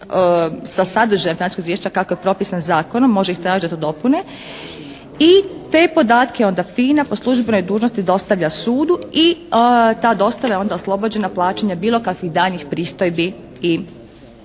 sa sadržajem našeg izvješća kako je propisan zakonom, može ih tražiti da to dopune i te podatke onda FINA po službenoj dužnosti dostavlja sudu i ta dostava je onda oslobođena plaćanja bilo kakvih daljnjih pristojbi i naknada.